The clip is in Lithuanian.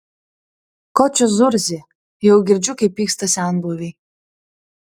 ko čia zurzi jau girdžiu kaip pyksta senbuviai